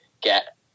get